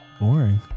boring